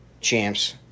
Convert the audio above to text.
champs